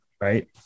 Right